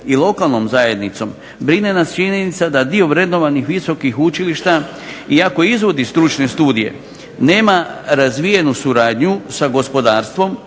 i lokalnom zajednicom brine nas činjenica da dio vrednovanih visokih učilišta iako izvodi stručne studije nema razvijenu suradnju sa gospodarstvom,